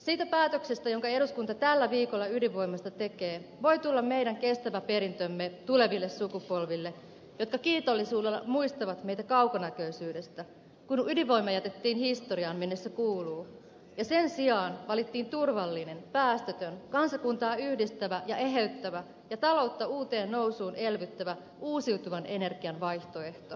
siitä päätöksestä jonka eduskunta tällä viikolla ydinvoimasta tekee voi tulla meidän kestävä perintömme tuleville sukupolville jotka kiitollisuudella muistavat meitä kaukonäköisyydestä kun ydinvoima jätettiin historiaan minne se kuuluu ja sen sijaan valittiin turvallinen päästötön kansakuntaa yhdistävä ja eheyttävä ja taloutta uuteen nousuun elvyttävä uusiutuvan energian vaihtoehto